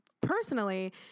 Personally